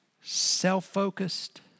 self-focused